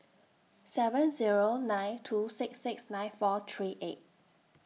seven Zero nine two six six nine four three eight